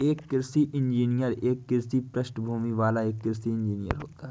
एक कृषि इंजीनियर एक कृषि पृष्ठभूमि वाला एक इंजीनियर होता है